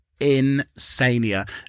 insania